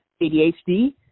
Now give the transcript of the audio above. ADHD